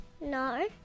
No